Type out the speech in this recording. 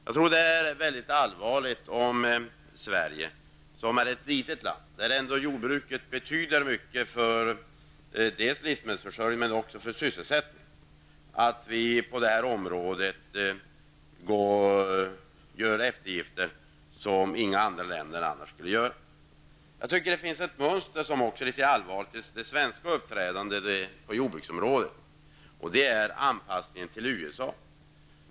Jag tror att det skulle vara mycket allvarligt om Sverige -- som ju är ett litet land, där jordbruket betyder mycket för både livsmedelsförsörjningen och sysselsättningen -- på det här området gjorde eftergifter som inga andra länder skulle göra. Vidare finns det ett annat mönster som är litet allvarligt när det gäller svenskt uppträdande på jordbruksområdet. Det gäller då anpassningen till USA.